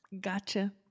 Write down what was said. Gotcha